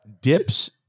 dips